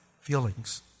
feelings